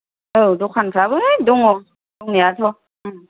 औ दखानफ्राबो है दङ दंनायाथ' ओं